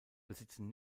besitzen